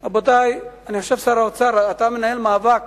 רבותי, אני חושב, שר האוצר, אתה מנהל מאבק